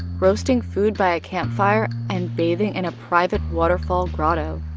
roasting food by a campfire and bathing in a private waterfall grotto.